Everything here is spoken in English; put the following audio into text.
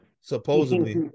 Supposedly